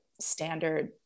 standard